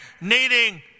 needing